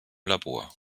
labor